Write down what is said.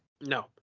No